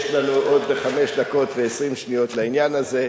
יש לנו עוד חמש דקות ו-20 שניות לעניין הזה.